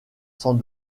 sans